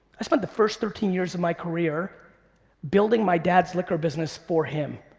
i spent the first thirteen years of my career building my dad's liquor business for him.